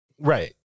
Right